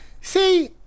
See